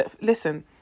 Listen